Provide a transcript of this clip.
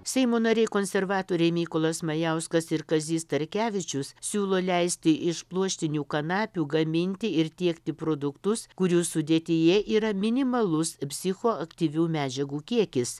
seimo nariai konservatoriai mykolas majauskas ir kazys starkevičius siūlo leisti iš pluoštinių kanapių gaminti ir tiekti produktus kurių sudėtyje yra minimalus psichoaktyvių medžiagų kiekis